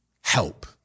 Help